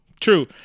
True